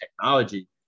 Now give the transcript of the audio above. technology